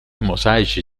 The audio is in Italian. mosaici